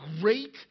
great